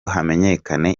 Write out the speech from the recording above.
hamenyekane